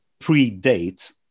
predate